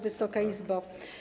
Wysoka Izbo!